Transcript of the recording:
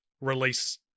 release